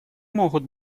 могут